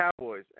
Cowboys